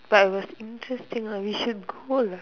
but it was interesting lah we should go and